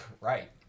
right